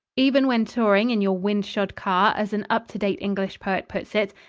even when touring in your wind-shod car, as an up-to-date english poet puts it,